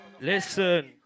Listen